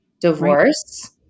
divorce